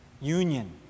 Union